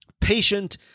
patient